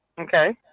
Okay